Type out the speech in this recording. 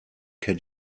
can